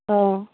অঁ